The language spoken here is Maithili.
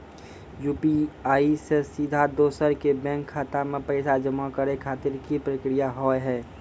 यु.पी.आई से सीधा दोसर के बैंक खाता मे पैसा जमा करे खातिर की प्रक्रिया हाव हाय?